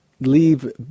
leave